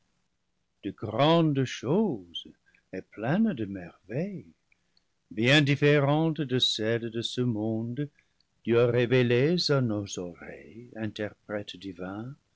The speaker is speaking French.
de grandes choses et pleines de merveilles bien différentes de celles de ce monde tu as révélées à nos oreilles interprète divin